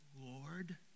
Lord